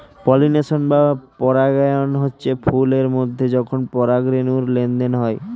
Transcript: pollination বা পরাগায়ন হচ্ছে ফুল এর মধ্যে যখন পরাগ রেণুর লেনদেন হয়